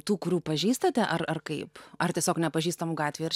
tų kurių pažįstate ar ar kaip ar tiesiog nepažįstamų gatvėj ar